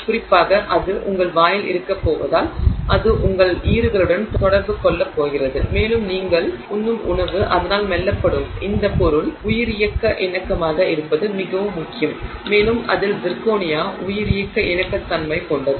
குறிப்பாக இது உங்கள் வாயில் இருக்கப் போவதால் அது உங்கள் ஈறுகளுடன் தொடர்பு கொள்ளப் போகிறது மேலும் நீங்கள் நீங்கள் உண்ணும் உணவு அதனால் மெல்லப்படும் இந்த பொருள் உயிரியக்க இணக்கமாக இருப்பது மிகவும் முக்கியம் மேலும் அதில் சிர்கோனியா உயிரியக்க இணக்கத்தன்மை கொண்டது